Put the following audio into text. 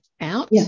out